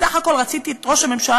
בסך הכול רציתי את ראש הממשלה,